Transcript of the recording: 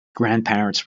grandparents